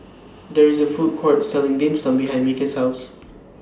There IS A Food Court Selling Dim Sum behind Micky's House